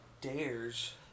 Dares